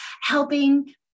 helping